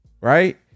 Right